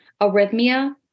arrhythmia